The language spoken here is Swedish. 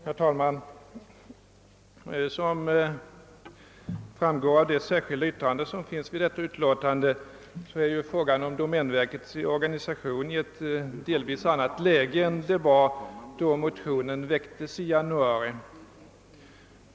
Herr talman! Som framgår av det särskilda yttrandet till det förevarande utlåtandet befinner sig frågan om domänverkets organisation i ett delvis annat läge nu än då motionen väcktes i januari.